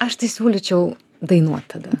aš tai siūlyčiau dainuot tada